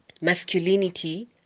masculinity